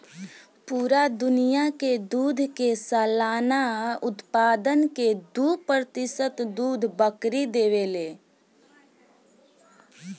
पूरा दुनिया के दूध के सालाना उत्पादन के दू प्रतिशत दूध बकरी देवे ले